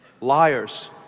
Liars